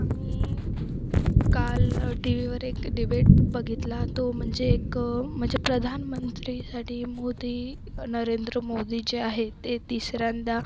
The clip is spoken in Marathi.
आम्ही काल टी वीवर एक डिबेट बघितला तो म्हणजे एक म्हणजे प्रधानमंत्रीसाठी मोदी नरेंद्र मोदी जे आहे ते तिसऱ्यांदा